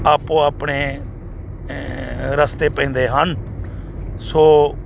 ਆਪੋ ਆਪਣੇ ਰਸਤੇ ਪੈਂਦੇ ਹਨ ਸੋ